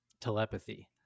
telepathy